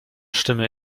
stimme